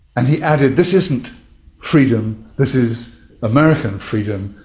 and he added, this isn't freedom, this is american freedom,